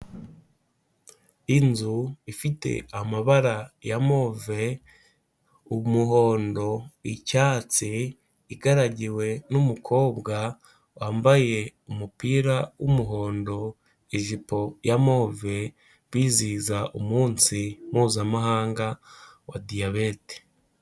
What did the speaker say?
Inzu ifite amabara ya move, umuhondo, icyatsi igaragiwe n'umukobwa wambaye umupira w'umuhondo, ijipo ya move bizihiza umunsi Mpuzamahanga wa Diyabete.